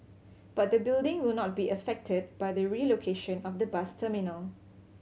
but the building will not be affected by the relocation of the bus terminal